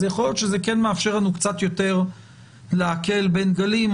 אז יכול להיות שזה כן מאפשר לנו קצת יותר להקל בין גלים.